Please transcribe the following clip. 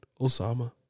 Osama